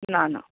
ना ना